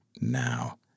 now